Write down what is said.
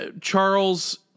Charles